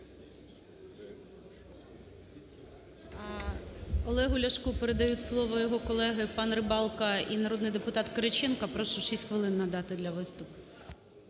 Олегу Ляшку передають слово його колеги пан Рибалко і народний депутат Кириченко. Прошу шість хвилин надати для виступу.